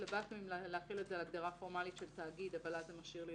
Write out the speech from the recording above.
התלבטנו האם להחיל את זה על הגדרה פורמלית של תאגיד אבל אז זה משאיר לי,